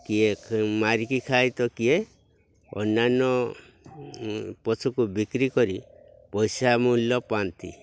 କିଏ ମାରିକି ଖାଇ ତ କିଏ ଅନ୍ୟାନ୍ୟ ପଶୁକୁ ବିକ୍ରି କରି ପଇସା ମୂଲ୍ୟ ପାଆନ୍ତି